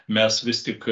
mes vis tik